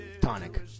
Tonic